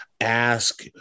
ask